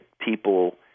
people